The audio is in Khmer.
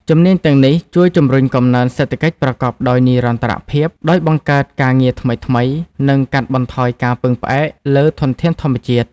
ជំនាញទាំងនេះជួយជំរុញកំណើនសេដ្ឋកិច្ចប្រកបដោយនិរន្តរភាព ដោយបង្កើតការងារថ្មីៗ និងកាត់បន្ថយការពឹងផ្អែកលើធនធានធម្មជាតិ។